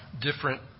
different